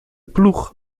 ploeg